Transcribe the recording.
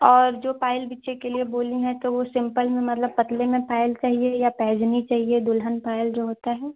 और जो पायल बिछिया के लिए बोली हैं तो वह सिम्पल में मतलब पतले में पायल चाहिए या पैज़नी चाहिए दुल्हन पायल जो होता है